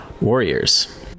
Warriors